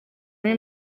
muri